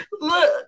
Look